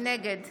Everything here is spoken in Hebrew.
נגד